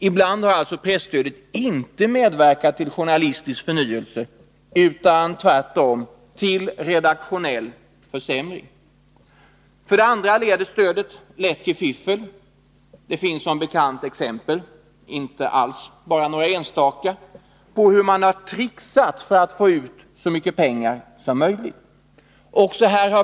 Ibland har alltså presstödet inte medverkat till journalistisk förnyelse utan tvärtom till redaktionell försämring. För det andra leder stödet lätt till fiffel. Det finns som bekant exempel — alls inte bara några enstaka — på hur man tricksat för att få ut så mycket pengar som möjligt.